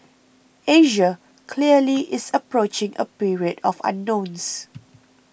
Asia clearly is approaching a period of unknowns